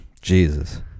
Jesus